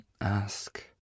ask